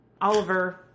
Oliver